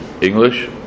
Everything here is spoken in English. English